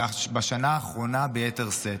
ובשנה האחרונה ביתר שאת.